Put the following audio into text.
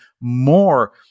more